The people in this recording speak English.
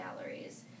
galleries